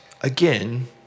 again